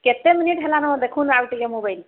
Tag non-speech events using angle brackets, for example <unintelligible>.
କେତେ ମିନିଟ୍ ହେଲା <unintelligible> ଦେଖୁନ୍ତୁ ଆଉ ଟିକେ ମୋବାଇଲ୍